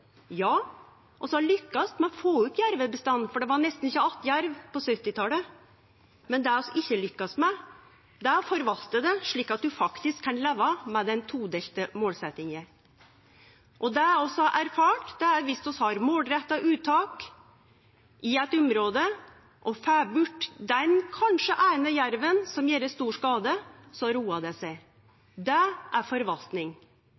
Ja, vi har lykkast med å få opp jervebestanden, for det var nesten ikkje att jerv på 1970-talet, men det vi ikkje har lykkast med, er å forvalte han, slik at ein faktisk kan leve med den todelte målsettinga. Det vi har erfart, er at viss vi har målretta uttak i eit område og får bort kanskje den eine jerven som gjer stor skade, roar det